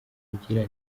ugira